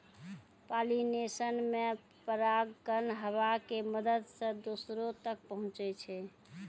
pollination मे परागकण हवा के मदत से दोसरो तक पहुचै छै